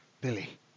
Billy